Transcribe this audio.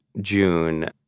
June